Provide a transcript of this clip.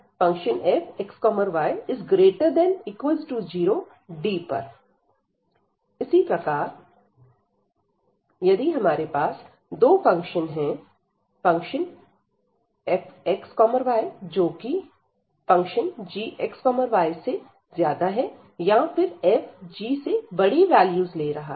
∬DfxydA≥0 यदि D पर fxy≥0 इसी प्रकार यदि हमारे पास दो फंक्शन हैं fxy जो कि फंक्शन gxy से ज्यादा है या फिर f g से बड़ी वेलयूज़ ले रहा है